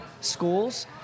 schools